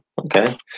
Okay